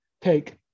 take